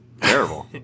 terrible